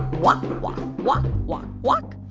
walk, walk, walk, walk, walk.